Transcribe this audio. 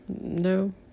no